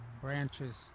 branches